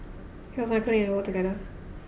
he was my colleague and we worked together